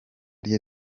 rye